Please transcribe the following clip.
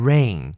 Rain